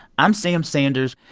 i'm sam sanders.